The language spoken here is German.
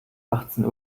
achtzehn